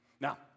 Now